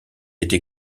été